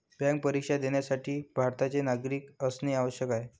bank परीक्षा देण्यासाठी भारताचे नागरिक असणे आवश्यक आहे